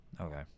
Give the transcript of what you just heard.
Okay